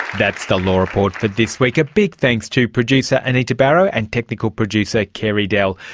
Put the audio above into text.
that's the law report for this week. a big thanks to producer anita barraud, and technical producer carey dell.